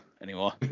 anymore